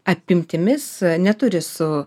apimtimis neturi su